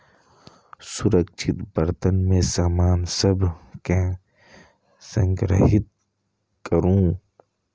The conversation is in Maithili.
सुरक्षित बर्तन मे सामान सभ कें संग्रहीत करू